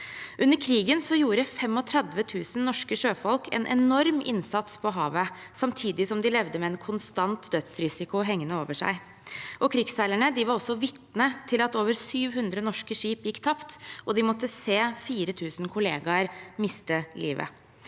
Under krigen gjorde 35 000 norske sjøfolk en enorm innsats på havet, samtidig som de levde med en konstant dødsrisiko hengende over seg. Krigsseilerne var også vitne til at over 700 norske skip gikk tapt, og de måtte se 4 000 kollegaer miste livet.